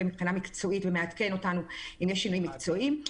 מבחינה מקצועית ומעדכן אותנו אם יש שינויים מקצועיים.